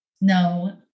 no